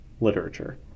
literature